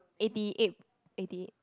eighty eight eighty